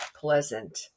pleasant